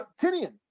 Tinian